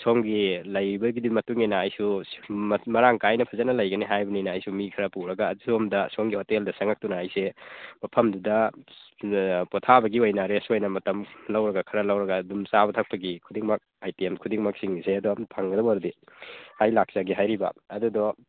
ꯁꯣꯝꯒꯤ ꯂꯩꯔꯤꯕꯗꯨꯒꯤ ꯃꯇꯨꯡ ꯏꯟꯅ ꯑꯩꯁꯨ ꯃꯔꯥꯡ ꯀꯥꯏꯅ ꯐꯖꯅ ꯂꯩꯒꯅꯤ ꯍꯥꯏꯕꯅꯤꯅ ꯑꯩꯁꯨ ꯃꯤ ꯈꯔ ꯄꯨꯔꯒ ꯁꯣꯝꯗ ꯁꯣꯝꯒꯤ ꯍꯣꯇꯦꯜꯗ ꯆꯪꯂꯛꯇꯨꯅ ꯑꯩꯁꯦ ꯃꯐꯝꯗꯨꯗ ꯑꯥ ꯄꯣꯊꯥꯕꯒꯤ ꯑꯣꯏꯅ ꯔꯦꯁ ꯑꯣꯏꯅ ꯃꯇꯝ ꯂꯧꯔꯒ ꯈꯔ ꯂꯧꯔꯒ ꯑꯗꯨꯝ ꯆꯥꯕ ꯊꯛꯄꯒꯤ ꯈꯨꯗꯤꯡꯃꯛ ꯑꯥꯏꯇꯦꯝ ꯈꯨꯗꯤꯡꯃꯛꯁꯤꯡꯁꯦ ꯑꯗꯣꯝ ꯐꯪꯒꯗꯕ ꯑꯣꯏꯔꯗꯤ ꯑꯩ ꯂꯥꯛꯆꯒꯦ ꯍꯥꯏꯔꯤꯕ ꯑꯗꯨꯗꯣ